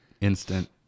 instant